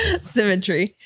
Symmetry